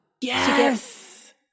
yes